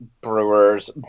brewers